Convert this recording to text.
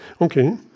Okay